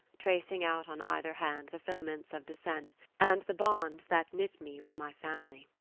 tracing out on either hand the filaments of descent and the bonds that knit me with my family.